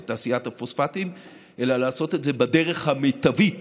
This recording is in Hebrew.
את תעשיית הפוספטים אלא לעשות את זה בדרך המיטבית